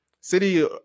City